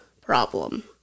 problem